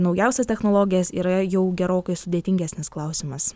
naujausias technologijas yra jau gerokai sudėtingesnis klausimas